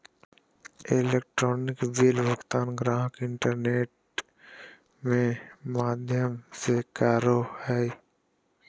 electronic bill भुगतान गाहक internet में माध्यम से करो हइ